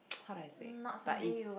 how do I say but is